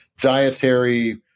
dietary